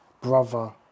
brother